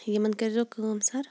یِمَن کٔرۍ زیٚو کٲم سَر